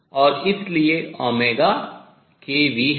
और इसलिए ω kv है